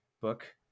book